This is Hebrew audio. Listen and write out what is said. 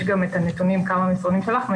יש גם את הנתונים כמה מסרונים שלחנו,